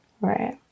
right